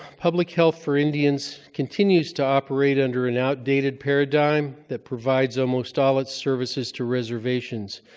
public health for indians continues to operate under an outdated paradigm that provides almost all its services to reservations.